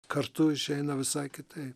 kartu išeina visai kitaip